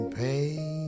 pain